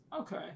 Okay